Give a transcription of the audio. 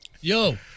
Yo